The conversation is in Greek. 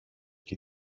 και